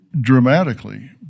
dramatically